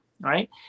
right